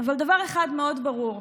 אבל דבר אחד מאוד ברור: